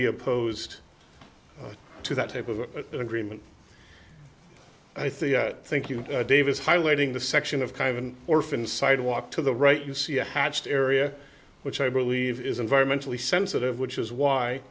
be opposed to that type of a agreement i think i think you dave is highlighting the section of kind of an orphan sidewalk to the right you see a hatched area which i believe is environmentally sensitive which is why